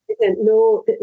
No